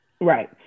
Right